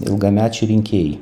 ilgamečiai rinkėjai